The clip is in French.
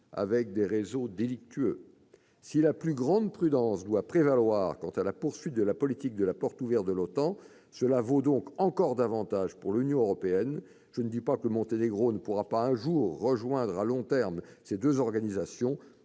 avec des réseaux délictueux. Si la plus grande prudence doit prévaloir quant à la poursuite de la politique de la porte ouverte de l'OTAN, cela vaut donc encore davantage pour l'Union européenne. Je ne dis pas que le Monténégro ne pourra pas, un jour, rejoindre ces deux organisations,